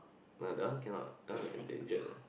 but that one cannot that one like endangered